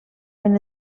ben